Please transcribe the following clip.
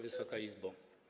Wysoka Izbo!